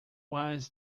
was